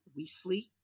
Weasley